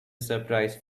surprise